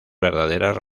verdaderas